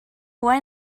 why